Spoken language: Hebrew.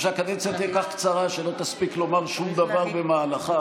אתה חושב שהקדנציה תהיה כל כך קצרה שלא תספיק לומר שום דבר במהלכה?